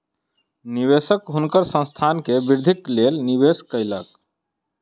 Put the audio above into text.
निवेशक हुनकर संस्थान के वृद्धिक लेल निवेश कयलक